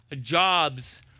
jobs